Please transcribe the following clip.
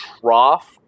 trough